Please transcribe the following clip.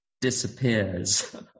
disappears